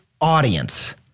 audience